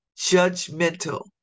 judgmental